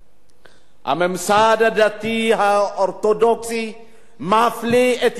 הממסד הדתי האורתודוקסי מפלה את יהודי אתיופיה,